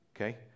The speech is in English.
okay